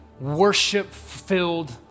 worship-filled